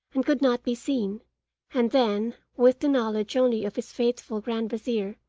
and could not be seen and then, with the knowledge only of his faithful grand wazeer,